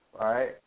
right